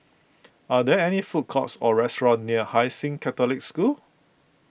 are there any food courts or restaurants near Hai Sing Catholic School